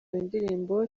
indirimbo